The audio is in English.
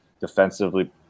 defensively